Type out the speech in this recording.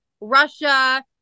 Russia